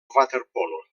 waterpolo